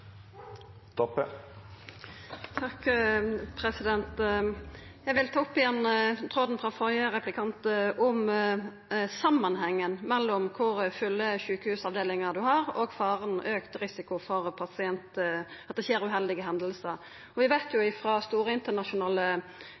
Eg vil ta opp igjen tråden frå førre replikk om samanhengen mellom kor fulle sjukehusavdelingane er, og den auka faren for at det skjer uheldige hendingar. Vi har sett av store internasjonale